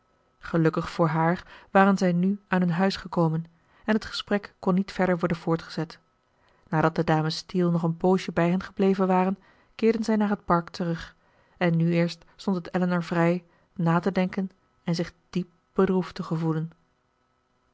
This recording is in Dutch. gelukkig voor haar waren zij nu aan hun huis gekomen en het gesprek kon niet verder worden voortgezet nadat de dames steele nog een poosje bij hen gebleven waren keerden zij naar het park terug en nu eerst stond het elinor vrij na te denken en zich diep bedroefd te gevoelen